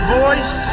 voice